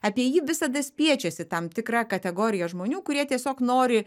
apie jį visada spiečiasi tam tikra kategorija žmonių kurie tiesiog nori